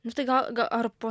nu tai gal ga ar po